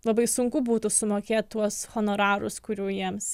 labai sunku būtų sumokėt tuos honorarus kurių jiems